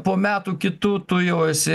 po metų kitų tu jau esi